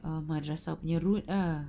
err madrasah punya route ah